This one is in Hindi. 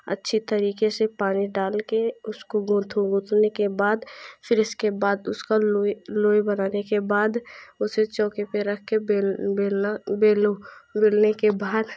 अच्छी तरीके से पानी डाल के उसको गूथो गूथने के बाद फिर इसके बाद उसका लोई लोई बनाने के बाद उसे चौके पे रखके बेल बेलना बेलो बेलने के बाद